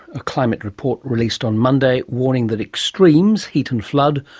a climate report released on monday warning that extremes, heat and flood,